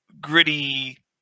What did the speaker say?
gritty